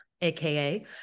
aka